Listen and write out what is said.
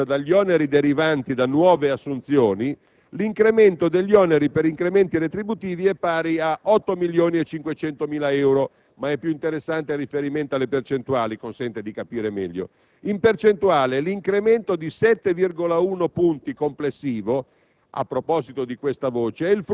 Depurata la maggiore spesa dagli oneri derivanti da nuove assunzioni, l'incremento degli oneri per incrementi retributivi è pari a 8.500.000 euro, anche se resta più interessante il riferimento alle percentuali, che consente di comprendere meglio. In percentuale, l'incremento complessivo